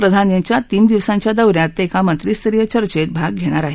प्रधान याच्या तीन दिवसाच्या दौऱ्यात ते एका मर्किस्तरीय चर्चेत भाग घेणार आहेत